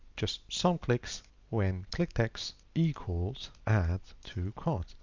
just some clicks when clicked x equals add to cart.